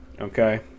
okay